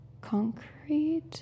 concrete